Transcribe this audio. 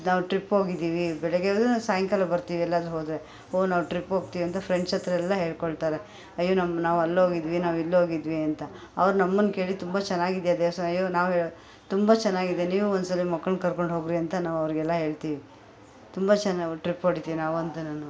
ನಾವು ಟ್ರಿಪ್ ಹೋಗಿದ್ದೀವಿ ಬೆಳಗ್ಗೆ ಹೋದ್ರೆ ಸಾಯಂಕಾಲ ಬರ್ತೀವಿ ಎಲ್ಲಾದರೂ ಹೋದರೆ ಓಹ್ ನಾವು ಟ್ರಿಪ್ಗೋಗ್ತೀವಿ ಅಂತ ಫ್ರೆಂಡ್ಸತ್ರ ಎಲ್ಲ ಹೇಳ್ಕೊಳ್ತಾರೆ ಅಯ್ಯೋ ನಮ್ಮ ನಾವು ಅಲ್ಲೋಗಿದ್ವಿ ನಾವು ಇಲ್ಲೋಗಿದ್ವಿ ಅಂತ ಅವ್ರು ನಮ್ಮನ್ನ ಕೇಳಿ ತುಂಬ ಚೆನ್ನಾಗಿದ್ಯಾ ದೇವಸ್ಥಾನ ಅಯ್ಯೋ ನಾವು ಹೇಳೋದು ತುಂಬ ಚೆನ್ನಾಗಿದೆ ನೀವು ಒಂದ್ಸಲ ಮಕ್ಕಳ್ನ ಕರ್ಕೊಂಡೋಗ್ರಿ ಅಂತ ನಾವು ಅವರಿಗೆಲ್ಲ ಹೇಳ್ತೀವಿ ತುಂಬ ಚೆನ್ನಾಗಿ ಟ್ರಿಪ್ ಹೊಡಿತೀವಿ ನಾವಂತೂ